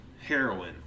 heroin